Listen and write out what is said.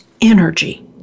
energy